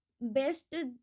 Best